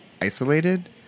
isolated